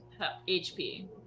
HP